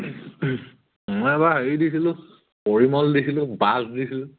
মই এবাৰ হেৰি দিছিলোঁ পৰিমল দিছিলোঁ বাছ দিছিলোঁ